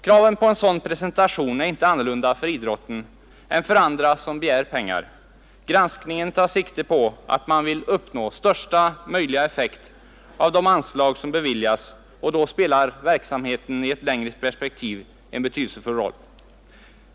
Kravet på en sådan presentation är inte annorlunda för idrotten än för andra som begär pengar. Granskningen tar sikte på att man vill uppnå största möjliga effekt av de anslag som beviljas, och då spelar verksamheten i ett längre perspektiv en betydelsefull roll.